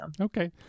Okay